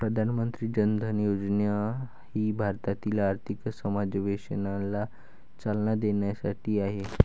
प्रधानमंत्री जन धन योजना ही भारतातील आर्थिक समावेशनाला चालना देण्यासाठी आहे